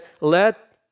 let